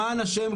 למען השם,